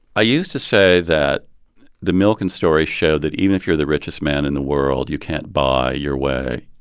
i used to say that the milken story showed that even if you're the richest man in the world, you can't buy your way